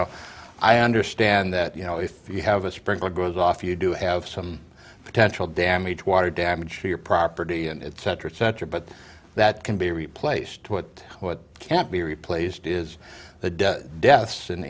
because i understand that you know if you have a sprinkler goes off you do have some potential damage water damage to your property and it tetra center but that can be replaced what what can't be replaced is the death deaths